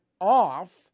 off